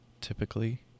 Typically